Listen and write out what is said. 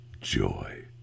Joy